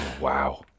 Wow